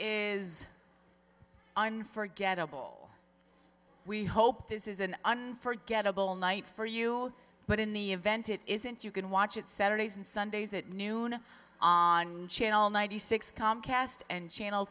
is unforgettable we hope this is an unforgettable night for you but in the event it isn't you can watch it saturdays and sundays at noon on channel ninety six comcast and channel